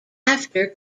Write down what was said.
after